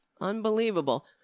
Unbelievable